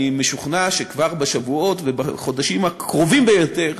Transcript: משוכנע שכבר בשבועות ובחודשים הקרובים ביותר